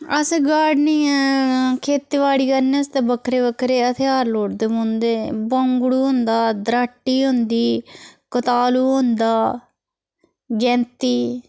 असें गार्डेनिये खेतीबाड़ी करने आस्तै बक्खरे बक्खरे हथियार लोड़दे पौंदे बांगडू होंदा दराटी होंदी कतालु होंदा गैंती